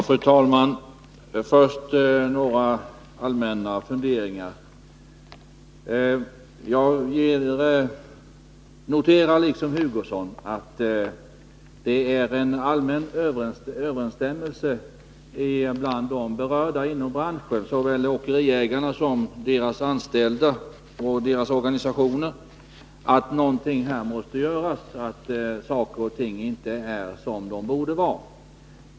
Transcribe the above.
Fru talman! Först några allmänna funderingar. Jag noterar liksom Kurt Hugosson att det är en allmän samstämmighet bland de berörda inom branschen, bland såväl åkeriägare som de anställda och deras organisationer, att någonting här måste göras och att saker och ting inte är som de borde vara.